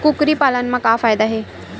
कुकरी पालन म का फ़ायदा हे?